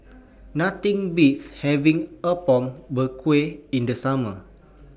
Nothing Beats having Apom Berkuah in The Summer